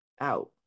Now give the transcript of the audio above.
out